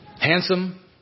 handsome